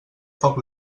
foc